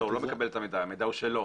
לא, הוא לא מקבל את המידע, המידע הוא שלו.